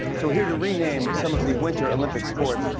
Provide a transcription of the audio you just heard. so here to rename some of the winter olympic sports,